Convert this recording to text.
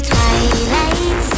Twilight